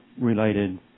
related